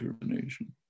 termination